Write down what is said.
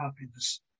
happiness